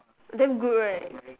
damn good right